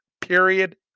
period